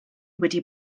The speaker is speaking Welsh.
wedi